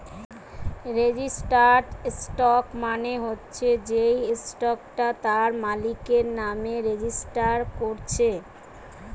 registered stock মানে হচ্ছে যেই স্টকটা তার মালিকের নামে রেজিস্টার কোরছে